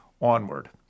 onward